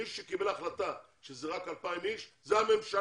מי שקיבל החלטה שאלה רק 2,000 אנשים, זאת הממשלה.